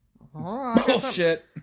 Bullshit